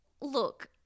Look